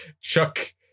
Chuck